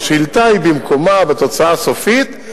השאילתא היא במקומה בתוצאה הסופית,